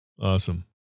Awesome